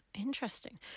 Interesting